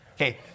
Okay